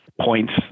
points